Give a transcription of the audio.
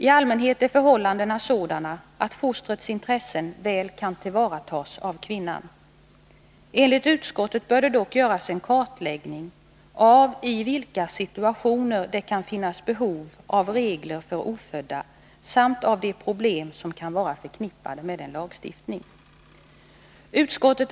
I allmänhet är förhållandena sådana att fostrets intressen väl kan tillvaratas av kvinnan. Enligt utskottet bör det dock göras en kartläggning av i vilka situationer det kan behövas regler för ofödda samt av de problem som kan vara förknippade med en lagstiftning.